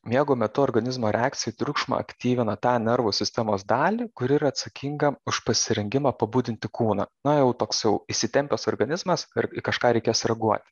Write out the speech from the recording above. miego metu organizmo reakcija į triukšmą aktyvina tą nervų sistemos dalį kuri yra atsakinga už pasirengimą pabudinti kūną na jau toks jau įsitempęs organizmas ar į kažką reikės reaguoti